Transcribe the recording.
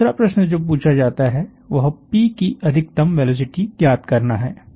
दूसरा प्रश्न जो पूछा जाता है वह P की अधिकतम वेलोसिटी ज्ञात करना है